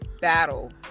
battle